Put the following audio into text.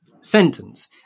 sentence